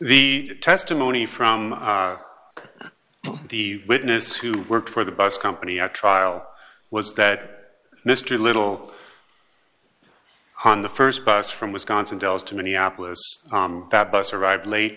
the testimony from the witness who worked for the bus company at trial was that mr little on the st bus from wisconsin dells to minneapolis that bus arrived late